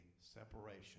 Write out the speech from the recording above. separation